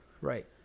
Right